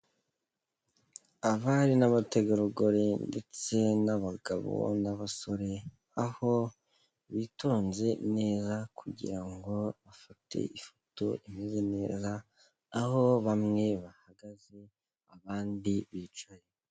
Abari n'abategarugori ndetse n'abagabo n'abasore, aho bitonze neza kugira ngo bafate ifoto imeze neza, aho bamwe bahagaze abandi bicaye.